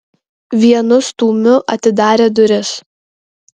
vienu stūmiu atidarė duris